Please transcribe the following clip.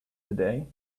today